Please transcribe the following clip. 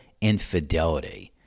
infidelity